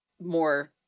more